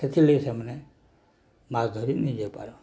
ସେଥିର୍ ଲାଗି ସେମାନେ ମାସ ଧରି ନିଜେ ପାରନ୍